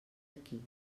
aquí